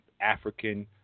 African